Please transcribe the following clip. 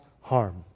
harm